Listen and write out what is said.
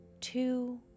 two